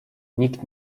nikt